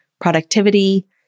Productivity